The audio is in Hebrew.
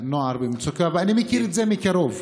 הנוער במצוקה, ואני מכיר את זה מקרוב.